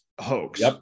hoax